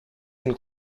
and